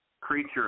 creature